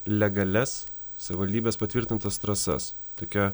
legalias savivaldybės patvirtintas trasas tokia